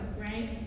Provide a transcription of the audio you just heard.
right